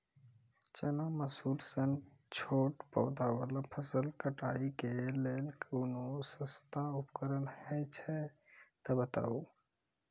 चना, मसूर सन छोट पौधा वाला फसल कटाई के लेल कूनू सस्ता उपकरण हे छै तऽ बताऊ?